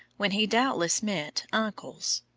when he doubtless meant uncles.